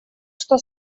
что